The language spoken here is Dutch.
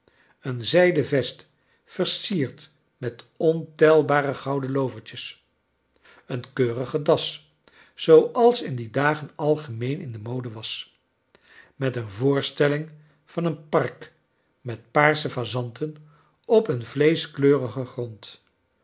een zijden vest versierd met ontelbare gouden lovertjes een keurige das zooals in die dagen algemeen in de mode was met een voorstelling van een park met paarse fazanten op een vleeschkleurigengrond